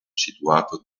situato